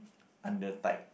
under tight